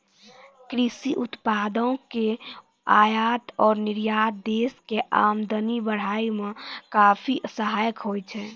कृषि उत्पादों के आयात और निर्यात देश के आमदनी बढ़ाय मॅ काफी सहायक होय छै